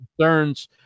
concerns